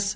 yes